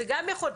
גם יכול להיות,